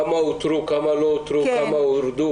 כמה אותרו, כמה לא אותרו, כמה הורדו.